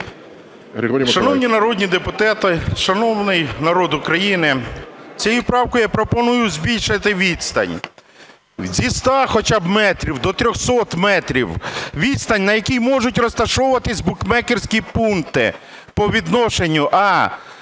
Шановні народні депутати, шановний народ України, цією правкою я пропоную збільшити відстань зі 100, хоча б, метрів до 300 метрів. Відстань, на якій можуть розташовуватись букмекерські пункти по відношенню: